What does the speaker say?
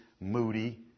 moody